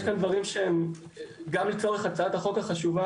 יש כאן דברים שגם לצורך הצעת החוק החשובה